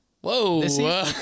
Whoa